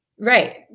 Right